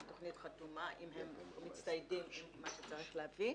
עם תוכנית חתומה אם הם מצטיידים עם מה שצריך להביא.